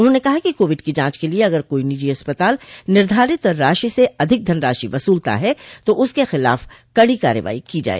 उन्होंने कहा कि कोविड की जांच के लिए अगर कोई निजी अस्पताल निर्धारित राशि से अधिक धनराशि वसूलता है तो उसके खिलाफ कड़ी कार्रवाई की जाए